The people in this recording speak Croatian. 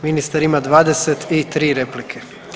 Ministar ima 23 replike.